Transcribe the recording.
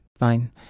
fine